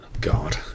god